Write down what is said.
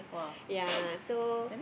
ya so